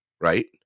Right